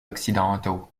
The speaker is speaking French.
occidentaux